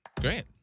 Great